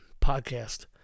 podcast